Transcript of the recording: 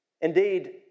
Indeed